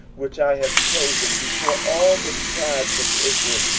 which i have chosen before all the tribes of israel,